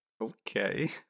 okay